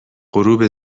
غروب